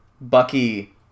Bucky